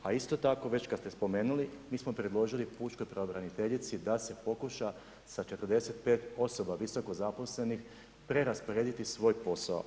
A isto tako već kada ste spomenuli, mi smo predložili pučkoj pravobraniteljici da se pokuša sa 45 osoba visoko zaposlenih, preraspodijeliti svoj posao.